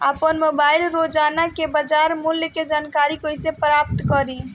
आपन मोबाइल रोजना के बाजार मुल्य के जानकारी कइसे प्राप्त करी?